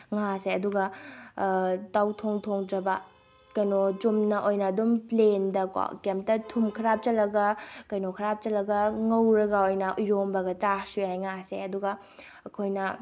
ꯉꯥꯁꯦ ꯑꯗꯨꯒ ꯇꯥꯎꯊꯣꯡ ꯊꯣꯡꯗ꯭ꯔꯕ ꯀꯩꯅꯣ ꯆꯨꯝꯅ ꯑꯣꯏꯅ ꯑꯗꯨꯝ ꯄ꯭ꯂꯦꯟꯗꯀꯣ ꯀꯩꯝꯇ ꯊꯨꯝ ꯈꯔ ꯍꯥꯞꯆꯜꯂꯒ ꯀꯩꯅꯣ ꯈꯔ ꯍꯥꯞꯆꯤꯜꯂꯒ ꯉꯧꯔꯒ ꯑꯣꯏꯅ ꯏꯔꯣꯟꯕꯒ ꯆꯥꯔꯁꯨ ꯌꯥꯏ ꯉꯥꯁꯦ ꯑꯗꯨꯒ ꯑꯩꯈꯣꯏꯅ